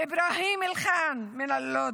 איברהים אלחן מלוד,